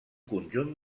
conjunt